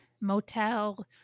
motel